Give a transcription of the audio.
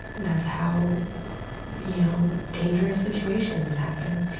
that's how you know dangerous situations happen.